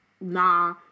nah